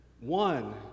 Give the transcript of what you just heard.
One